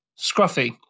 Scruffy